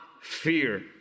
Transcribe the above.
fear